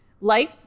Life